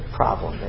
problem